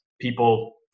people